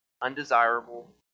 undesirable